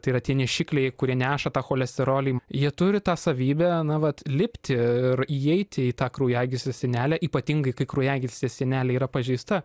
tai yra tie nešikliai kurie neša tą cholesterolį jie turi tą savybę na vat lipti ir įeiti į tą kraujagyslės sienelę ypatingai kai kraujagyslės sienelė yra pažeista